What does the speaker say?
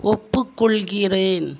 ஒப்புக்கொள்கிறேன்